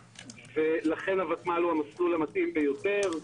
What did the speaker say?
לכן הותמ"ל הוא המסלול המתאים ביותר.